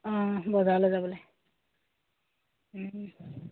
অঁ বজাৰলে যাবলে